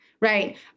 Right